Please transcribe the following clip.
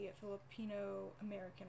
Filipino-American